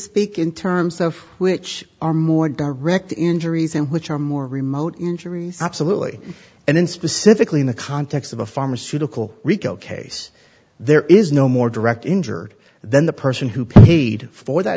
speak in terms of which are more direct injuries and which are more remote injuries absolutely and in specifically in the context of a pharmaceutical rico case there is no more direct injured then the person who paid for